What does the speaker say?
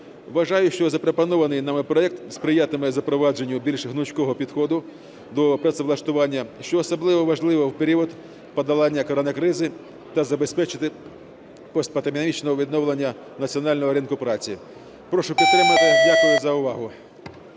Вважаю, що запропонований законопроект сприятиме запровадженню більш гнучкого підходу до працевлаштування, що особливо важливо в період подолання коронакризи та забезпечити постпандемічного відновлення національного ринку праці. Прошу підтримати. Дякую за увагу.